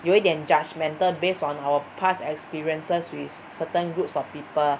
有一点 judgmental based on our past experiences with certain groups of people